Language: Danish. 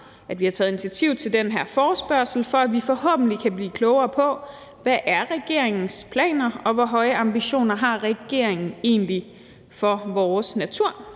at vi har taget initiativ til den her forespørgsel, altså for at vi forhåbentlig kan blive klogere på, hvad regeringens planer er, og hvor høje ambitioner regeringen egentlig har for vores natur.